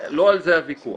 לא על זה הוויכוח.